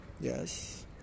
Yes